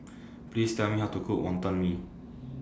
Please Tell Me How to Cook Wonton Mee